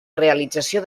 realització